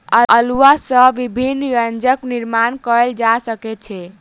अउलुआ सॅ विभिन्न व्यंजन निर्माण कयल जा सकै छै